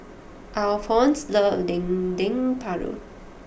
Alphonse loves Dendeng Paru